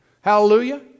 Hallelujah